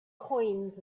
coins